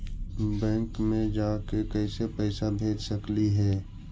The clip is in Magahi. बैंक मे जाके कैसे पैसा भेज सकली हे?